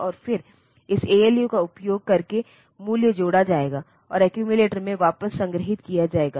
और फिर इस ALU का उपयोग करके मूल्य जोड़ा जाएगा और एक्यूमिलेटर में वापस संग्रहीत किया जाएगा